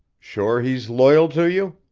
sure he's loyal to you?